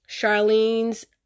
Charlene's